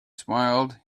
smiled